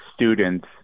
students